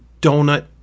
donut